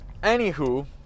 anywho